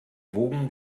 wogen